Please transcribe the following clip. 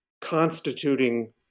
constituting